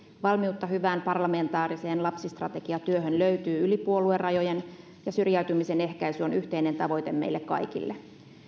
valmiutta hyvään parlamentaariseen lapsistrategiatyöhön löytyy yli puoluerajojen ja syrjäytymisen ehkäisy on yhteinen tavoite meille kaikille